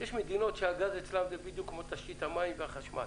יש מדינות שהגז אצלן זה בדיוק כמו תשתית המים והחשמל